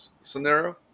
scenario